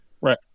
Right